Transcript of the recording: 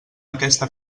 aquesta